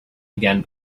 again